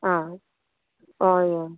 आं हय हय